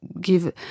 give